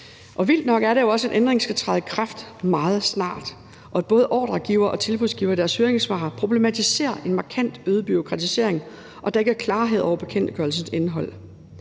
Vildt nok er det jo også, at ændringen skal træde i kraft meget snart. Både ordregivere og tilbudsgivere problematiserer i deres høringssvar en markant øget bureaukratisering, og at der ikke er klarhed over bekendtgørelsens indhold.